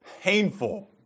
painful